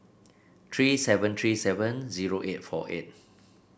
three seven three seven zero eight four eight